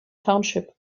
township